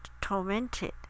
tormented